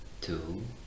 Two